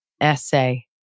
essay